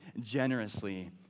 generously